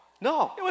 No